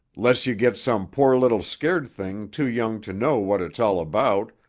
less you get some poor little scared thing too young to know what it's all about,